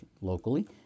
locally